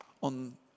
on